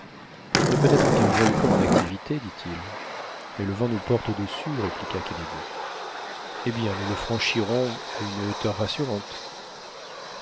ce ne peut être qu'un volcan en activité dit-il mais le vent nous porte au-dessus répliqua kennedy eh bien nous le franchirons à une hauteur rassurante